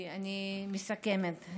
אני מסכמת.